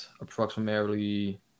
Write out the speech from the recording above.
approximately